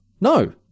No